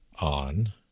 on